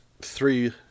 three